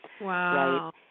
Wow